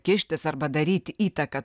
kištis arba daryti įtaką